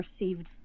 received